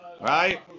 right